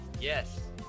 Yes